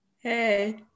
Hey